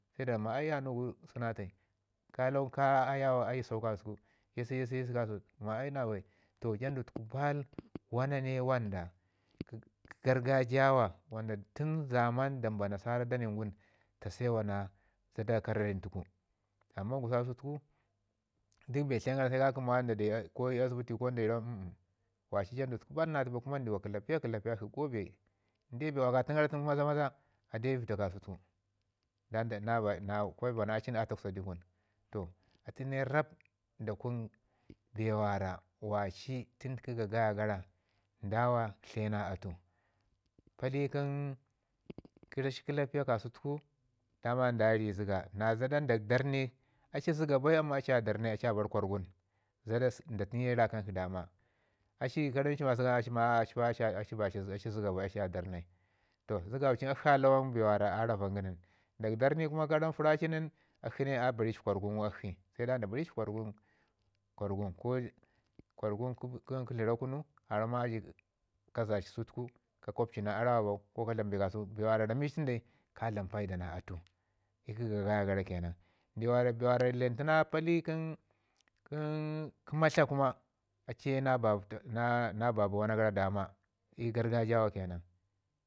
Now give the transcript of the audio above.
se da ramma ai yanugu suna tai ka lawangu ka ayawa aisawa kasau yi- si yi- si kasau na bai. To jandu tuku baal wana ne wanda kə gargajiyawa wanda tun zaman danba nasara da nai ngun ta se wa na zada kararin tuku. Amman gususku kasau tuku duk bee tlengaran se ka kəmi ma da da ii asbiti ko dayi rawan umm- umm wa ci jundu tuku baal na atu bai kuma ndawa kəlapiya kəlapiya go bee in de waka tun garan maza- maza a ɗa i vəda kasau tuku kwa ba na cin a takwsa di kun. Toh atu ne rab da kun bee wara waci tun ga gaya gara ndawa tləu na atu. pali rashi kəlapiya kasau daman da ya ii rii zəga, na zəda nda darrnye a ci zəga bai amma a ci a darrnye zada nda tunye rakanchi dama, da rami ci ma zəgan da ramma a ci zɗga bai a ci a darrnye. Zəguucin akshi a lawan bee mi a ravan kə nən darrnye kuma in ka ran fura ci nin akshi a ba ri li kwargun gu nin akshi. Se dan da ba ri ci kwargun, kwargun ko gwargun k- k- kə tləra kuno ramma a ji ka zaci sau ka kwab ci na arawa bau ko na bee kasau bee wara ramicin dai ka dlam puida na atu kə ga gaya gara ke nan. Ndiwwara bee wara ləntuna pali kə matin kuma a ci ye na ba bi wan gara dama i gargajiya wa ke nan.